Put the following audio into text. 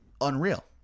unreal